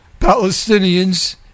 Palestinians